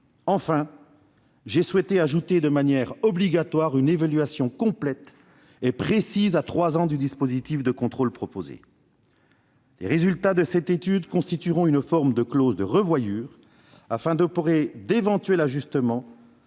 Enfin, j'ai souhaité ajouter l'obligation d'une évaluation complète et précise à trois ans du dispositif de contrôle proposé. Les résultats de cette étude tiendront lieu de clause de revoyure, permettant d'opérer d'éventuels ajustements